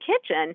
kitchen